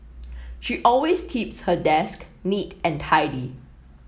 she always keeps her desk neat and tidy